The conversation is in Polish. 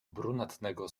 brunatnego